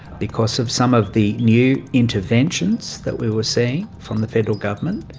because of some of the new interventions that we were seeing from the federal government,